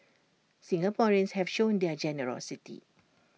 Singaporeans have shown their generosity